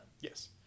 Yes